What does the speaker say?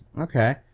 Okay